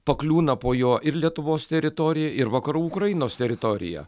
pakliūna po juo ir lietuvos teritorija ir vakarų ukrainos teritorija